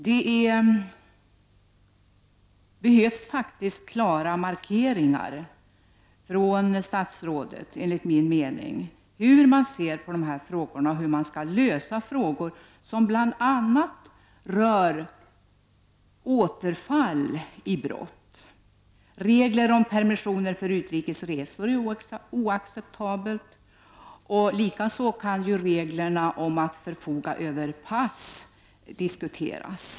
Det behövs enligt min mening klara markeringar från statsrådet om hur hon ser på dessa frågor och hur man skall finna en lösning på frågor som bl.a. rör återfall i brott. Reglerna om permissioner för utrikes resor är oacceptabla, och likaså kan reglerna om rätten att förfoga över pass diskuteras.